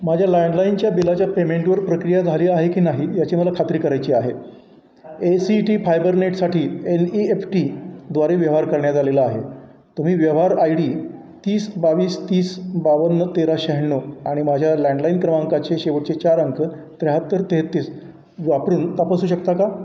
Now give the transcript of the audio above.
माझ्या लँडलाईनच्या बिलाच्या पेमेंटवर प्रक्रिया झाली आहे की नाही याची मला खात्री करायची आहे ए सी टी फायबर नेटसाठी एल ई एफ टीद्वारे व्यवहार करण्यात आलेला आहे तुम्ही व्यवहार आय डी तीस बावीस तीस बावन्न तेरा शहाण्णव आणि माझ्या लँडलाईन क्रमांकांचे शेवटचे चार अंक त्र्याहत्तर तेहत्तीस वापरून तपासू शकता का